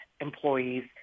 employees